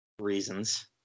reasons